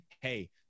hey